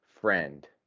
friend